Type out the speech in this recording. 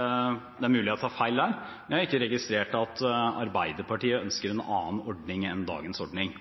er mulig jeg tar feil, men jeg har ikke registrert at Arbeiderpartiet ønsker en annen ordning enn dagens ordning.